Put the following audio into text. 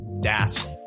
DAS